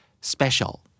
Special